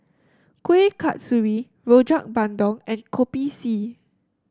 Kuih Kasturi Rojak Bandung and Kopi C